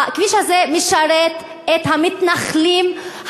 הכביש הזה משרת את המתנחלים, תודה.